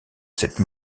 cette